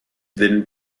then